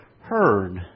heard